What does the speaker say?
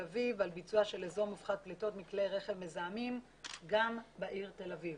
אביב על ביצוע של אזור מופחת פליטות מכלי רכב מזהמים גם בעיר תל אביב.